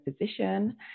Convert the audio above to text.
physician